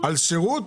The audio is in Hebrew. על שירות?